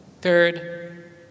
Third